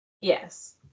yes